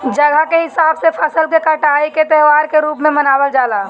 जगह के हिसाब से फसल के कटाई के त्यौहार के रूप में मनावल जला